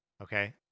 Okay